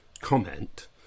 comment